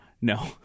No